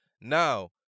Now